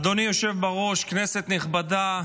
אדוני היושב בראש, כנסת נכבדה,